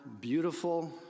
beautiful